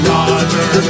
Roger